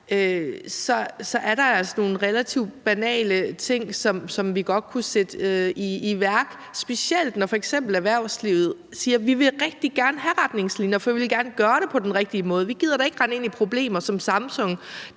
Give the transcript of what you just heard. er der altså nogle relativt banale ting, som vi godt kunne sætte i værk, specielt når f.eks. erhvervslivet siger: Vi vil rigtig gerne have retningslinjer, for vi vil gerne gøre det på den rigtige måde; vi gider da ikke rende ind i problemer som Samsung,